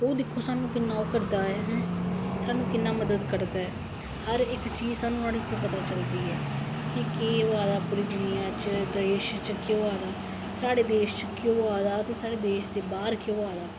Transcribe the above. ओह् दिक्खो सानू किन्ना ओह् करदा ऐ है सानू किन्ना मदद करदा ऐ हर इक चीज सानू नुआढ़े उप्पर पता चलदी ऐ कि के होआ दा पूरी दुनिया च देश च केह् होआ दा साढ़े देश च केह् होआ दा ते साढ़े देश दे बाहर केह् होआ दा